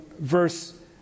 verse